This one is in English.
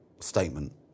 statement